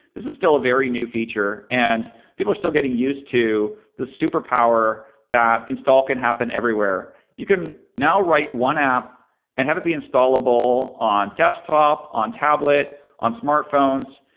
this is still a very new feature. and people are still getting used to this super power that install can happen everywhere. you can now write one app and have it be installable on desktop, on tablet, on smartphones.